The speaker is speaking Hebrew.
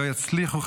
לא יצליחו,